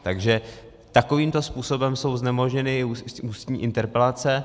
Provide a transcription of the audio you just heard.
Takže takovýmto způsobem jsou znemožněny i ústní interpelace.